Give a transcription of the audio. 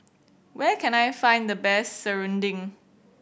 where can I find the best Serunding